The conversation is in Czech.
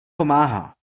pomáhá